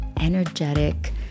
energetic